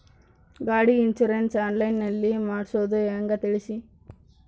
ಗಾಡಿ insurance online ನಲ್ಲಿ ಮಾಡ್ಸೋದು ಹೆಂಗ ತಿಳಿಸಿ?